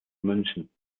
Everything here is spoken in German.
münchen